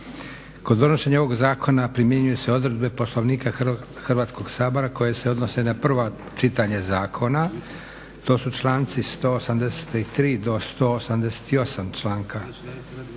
Kod donošenja ovog zakona primjenjuju se odredbe Poslovnika Hrvatskog sabora koje se odnose na prvo čitanje zakona. To su članci 183. do 188. članka